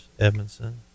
edmondson